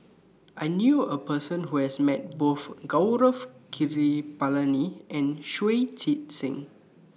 I knew A Person Who has Met Both Gaurav Kripalani and Shui Tit Sing